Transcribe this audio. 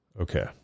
Okay